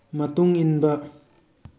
ꯃꯇꯨꯡ ꯏꯟꯕ